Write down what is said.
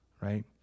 right